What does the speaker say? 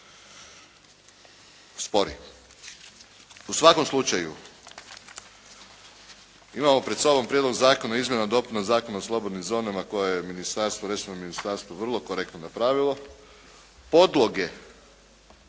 U svakom slučaju imamo pred sobom Prijedlog zakona o izmjenama i dopunama Zakona o slobodnim zonama koje je resorno ministarstvo vrlo korektno napravilo. Podloge